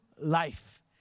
life